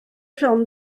ffilm